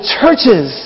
churches